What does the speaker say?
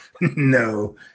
No